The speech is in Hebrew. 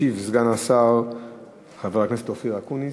ישיב סגן השר חבר הכנסת אופיר אקוניס.